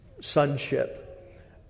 sonship